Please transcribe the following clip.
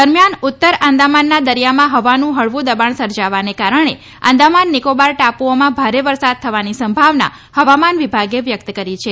દરમ્યાન ઉતર આંદામાનનાં દરિયામાં હવાનું હળવા દબાણ સર્જાવાને કારણે અંદામાન નિકોબાર ટાપુઓમાં ભારે વરસાદ થવાની સંભાવના હવામાનવિભાગે વ્યકત કરી છે